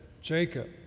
Jacob